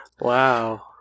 Wow